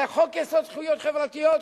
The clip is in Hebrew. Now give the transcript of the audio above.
הרי חוק-יסוד: זכויות חברתיות,